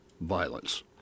violence